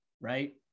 Right